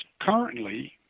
Currently